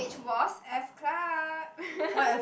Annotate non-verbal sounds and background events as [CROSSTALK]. which was f-club [LAUGHS]